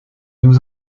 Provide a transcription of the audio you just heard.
nous